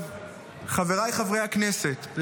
חבריי חברי הכנסת,